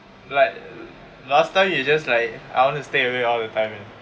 like last time you just like I wanna stay awake all the time man